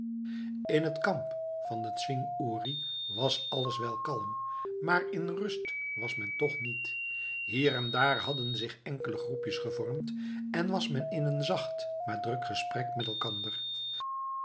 in het kamp om den zwing uri was alles wel kalm maar in rust was men toch niet hier en daar hadden zich enkele groepjes gevormd en was men in een zacht maar druk gesprek met elkander